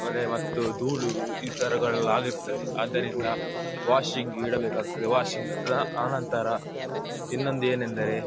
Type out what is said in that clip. ಕೊಳೆ ಮತ್ತು ಧೂಳು ಈ ಥರಗಳು ಆಗಿರ್ತದೆ ಆದ್ದರಿಂದ ವಾಶಿಂಗ್ ಇಡಬೇಕಾಗುತ್ತದೆ ವಾಷಿಂಗ್ ರಾ ಆನಂತರ ಇನ್ನೊಂದು ಏನೆಂದರೆ